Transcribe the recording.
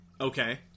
Okay